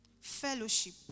Fellowship